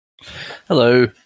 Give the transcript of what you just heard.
Hello